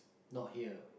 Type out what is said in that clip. not here